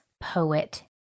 poet